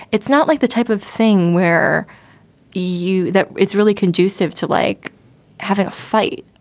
it's not like the type of thing where you that it's really conducive to like having a fight.